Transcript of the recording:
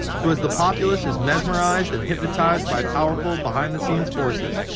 so as the populace is mesmerized and hypnotized by powerful behind-the-scenes forces,